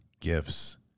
gifts